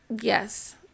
Yes